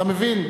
אתה מבין.